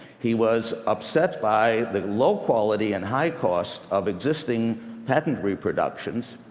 he was upset by the low quality and high cost of existing patent reproductions,